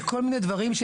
כל מיני דברים.